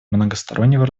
многостороннего